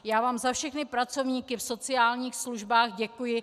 Já vám za všechny pracovníky v sociálních službách děkuji.